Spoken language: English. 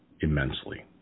immensely